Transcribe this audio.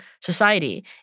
society